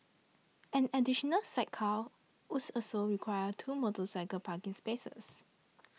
an additional sidecar would also require two motorcycle parking spaces